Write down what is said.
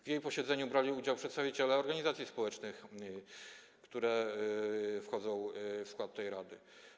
W jej posiedzeniu brali udział przedstawiciele organizacji społecznych, które wchodzą w skład tej rady.